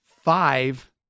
five